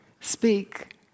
speak